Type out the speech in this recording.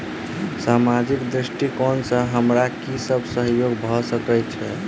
सामाजिक दृष्टिकोण सँ हमरा की सब सहयोग भऽ सकैत अछि?